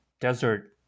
Desert